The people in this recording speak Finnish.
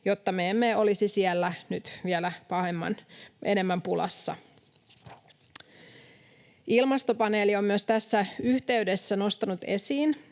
jotta emme ole siellä vielä enemmän pulassa. Ilmastopaneeli on tässä yhteydessä myös nostanut esiin,